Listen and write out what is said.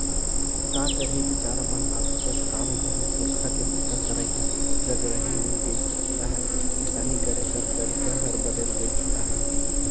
का करही बिचारा मन आघु कस काम घलो पूरखा के बूता करइया जग रहि नी गइस अहे, किसानी करे कर तरीके हर बदेल गइस अहे